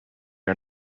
are